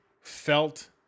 felt